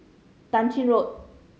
Tah Ching Road